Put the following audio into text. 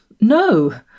No